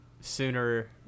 sooner